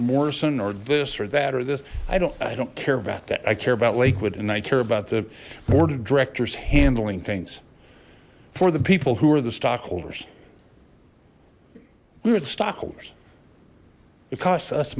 morrison or this or that or this i don't i don't care about that i care about lakewood and i care about the board of directors handling things for the people who are the stockholders weird stockholders it costs us